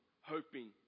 hoping